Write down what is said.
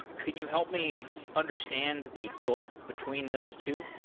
can you help me understand the golf between those two?